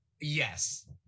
yes